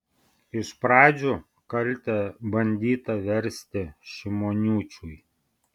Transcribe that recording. iš pradžių kaltę bandyta versti šimoniūčiui